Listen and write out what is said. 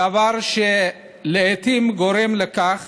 דבר שלעיתים גורם לכך